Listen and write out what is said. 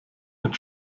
mit